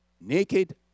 Naked